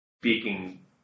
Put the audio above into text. Speaking